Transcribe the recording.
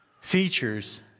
features